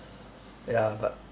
ya but